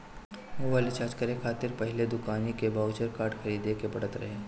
mobile recharge करे खातिर पहिले दुकानी के बाउचर कार्ड खरीदे के पड़त रहे